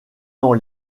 dans